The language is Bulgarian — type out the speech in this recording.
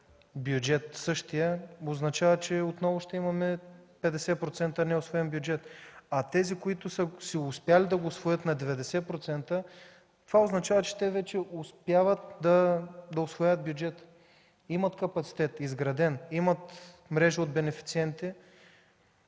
бюджет означава, че отново ще имаме 50% неусвоен бюджет. А тези, които са успели да го усвоят на 90%, това означава, че те вече успяват да усвояват бюджет, имат изграден капацитет, имат мрежа от бенефициенти